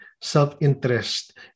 self-interest